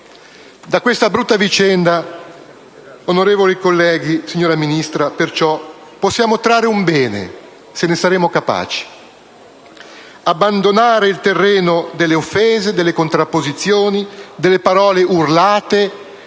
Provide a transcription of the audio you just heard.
Da questa brutta vicenda, onorevoli colleghi, signora Ministro, possiamo perciò trarre un bene, se ne saremo capaci: abbandonare il terreno delle offese, delle contrapposizioni, delle parole urlate,